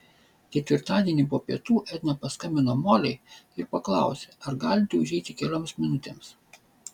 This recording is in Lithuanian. ketvirtadienį po pietų edna paskambino molei ir paklausė ar galinti užeiti kelioms minutėms